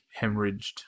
hemorrhaged